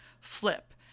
flip